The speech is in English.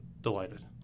delighted